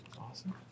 Awesome